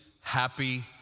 happy